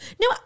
no